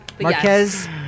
Marquez